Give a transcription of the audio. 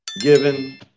given